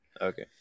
Okay